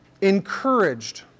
encouraged